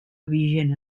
vigent